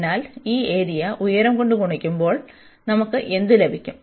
അതിനാൽ ഈ ഏരിയ ഉയരം കൊണ്ട് ഗുണിക്കുമ്പോൾ നമുക്ക് എന്ത് ലഭിക്കും